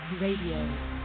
Radio